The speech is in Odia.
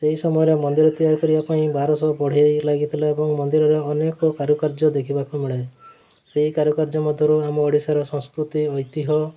ସେହି ସମୟରେ ମନ୍ଦିର ତିଆରି କରିବା ପାଇଁ ବାରଶହ ବଢ଼େଇ ଲାଗିଥିଲା ଏବଂ ମନ୍ଦିରର ଅନେକ କାରୁକାର୍ଯ୍ୟ ଦେଖିବାକୁ ମିଳେ ସେହି କାରୁକାର୍ଯ୍ୟ ମଧ୍ୟରୁ ଆମ ଓଡ଼ିଶାର ସଂସ୍କୃତି ଐତିହ୍ୟ